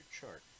chart